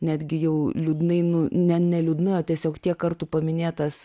netgi jau liūdnai nu ne ne liūdna tiesiog tiek kartų paminėtas